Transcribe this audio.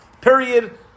period